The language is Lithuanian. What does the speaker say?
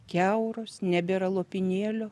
kiauros nebėra lopinėlio